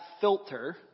filter